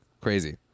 crazy